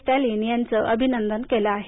स्टॅलिन यांचं अभिनंदन केलं आहे